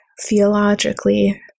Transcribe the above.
theologically